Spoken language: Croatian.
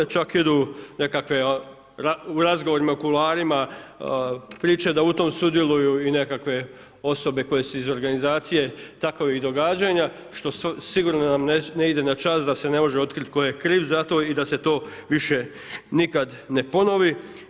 Čak idu u nekakve u razgovorima, u kuloarima priče da u tome sudjeluju i nekakve osobe koje su iz organizacije takovih događanja, što sigurno nam ne ide na čast da se ne može otkriti tko je kriv za to i da se to više nikada ne ponovi.